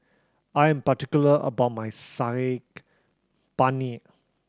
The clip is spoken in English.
I am particular about my Saag Paneer